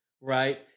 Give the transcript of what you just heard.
right